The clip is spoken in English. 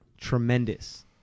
tremendous